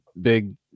big